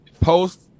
Post